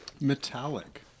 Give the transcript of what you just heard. metallic